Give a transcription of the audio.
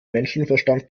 menschenverstand